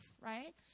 right